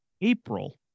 April